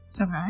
Okay